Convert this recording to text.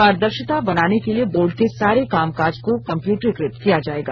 पारदर्शिता बनाने के लिए बोर्ड के सारे कामकाज को कंप्यूटरीकृत किया जायेगा